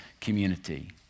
community